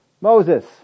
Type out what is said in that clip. Moses